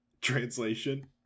translation